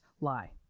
lie